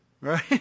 Right